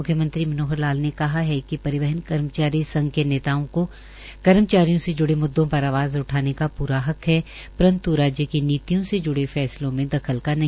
म्ख्यमंत्री मनोहर लाल ने कहा है कि परिवहन कर्मचारी संघ के नेताओं को कर्मचारियों से ज्ड़े मुद्दों पर आवाज़ उठाने का पूरा हक है परन्त् राज्य की नीतियों से जुड़े फैसलों में दखल का नहीं